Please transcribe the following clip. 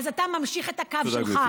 אז אתה ממשיך את הקו שלך.